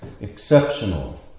exceptional